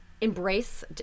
embrace